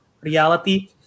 reality